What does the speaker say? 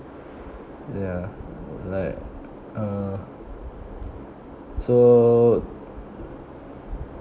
ya like uh so